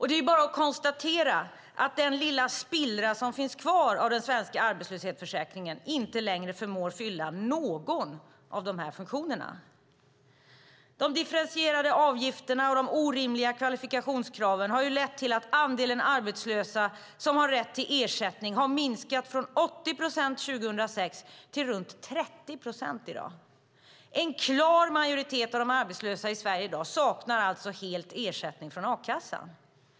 Det är bara att konstatera att den lilla spillra som finns kvar av den svenska arbetslöshetsförsäkringen inte längre förmår fylla någon av de här funktionerna. De differentierade avgifterna och de orimliga kvalifikationskraven har lett till att andelen arbetslösa som har rätt till ersättning har minskat från 80 procent 2006 till runt 30 procent i dag. En klar majoritet av de arbetslösa i Sverige i dag saknar alltså helt ersättning från a-kassan.